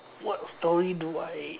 what story do I